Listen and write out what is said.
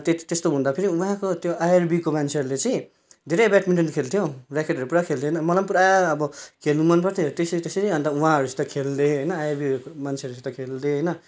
त्यस्तो हुँदाखेरि उहाँको त्यो आइआरबीको मान्छेहरूले चाहिँ धेरै ब्याडमिन्टन खेल्थ्यो ऱ्याकेडहरू पुरा खेल्थ्यो नि त मलाई पुरा अब खेल्नु मनपर्थ्यो त्यसरी त्यसरी अन्त उहाँहरूसित खेल्दै होइन आइआरबी मान्छेहरूसित खेल्दै होइन